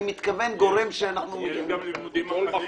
אני מתכוון גורם --- יש גם לימודים אחרים.